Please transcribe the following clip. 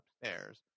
upstairs